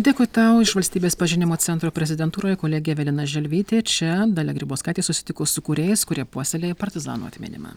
dėkui tau iš valstybės pažinimo centro prezidentūroje kolegė evelina želvytė čia dalia grybauskaitė susitiko su kūrėjais kurie puoselėja partizanų atminimą